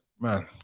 man